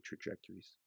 trajectories